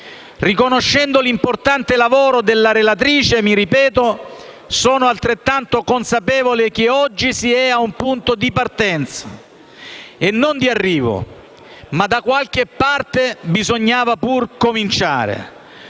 Riconoscendo l'importante lavoro della relatrice, mi ripeto, sono altrettanto consapevole che oggi si è ad un punto di partenza e non di arrivo, ma da qualche parte bisognava pur cominciare.